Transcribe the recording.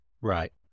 Right